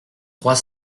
trois